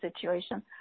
situation